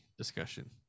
Discussion